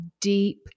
deep